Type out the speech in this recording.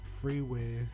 Freeway